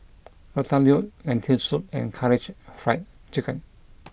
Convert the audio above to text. Ratatouille Lentil Soup and Karaage Fried Chicken